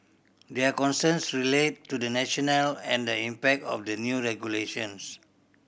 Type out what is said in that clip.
their concerns relate to the national and the impact of the new regulations